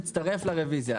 הם יצטרפו לרביזיה.